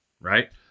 right